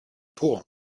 pull